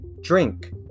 drink